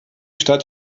stadt